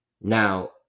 Now